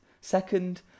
Second